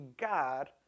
God